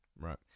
Right